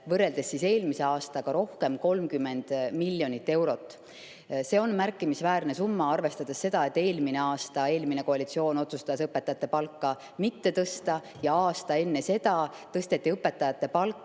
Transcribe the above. võrreldes eelmise aastaga rohkem 30 miljonit eurot. See on märkimisväärne summa, arvestades seda, et eelmine aasta eelmine koalitsioon otsustas õpetajate palka mitte tõsta ja aasta enne seda tõsteti õpetajate palka